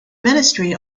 ministry